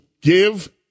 give